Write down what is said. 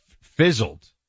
fizzled